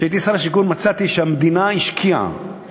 כשהייתי שר השיכון מצאתי שהמדינה השקיעה